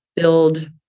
Build